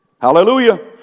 Hallelujah